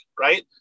right